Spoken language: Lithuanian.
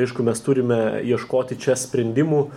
aišku mes turime ieškoti čia sprendimų